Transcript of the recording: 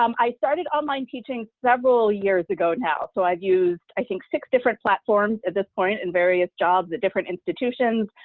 um i started online teaching several years ago now so i've used i think six different platforms at this point in various jobs at different institutions,